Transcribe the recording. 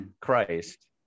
christ